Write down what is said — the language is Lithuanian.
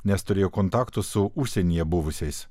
nes turėjo kontaktų su užsienyje buvusiais